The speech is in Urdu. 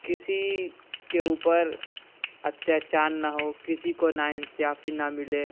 کسی کے اوپر اتیاچار نہ ہو کسی کو نا انصافی نہ ملے